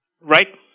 Right